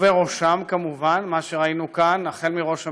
ובראשם כמובן מה שראינו כאן, החל בראש הממשלה,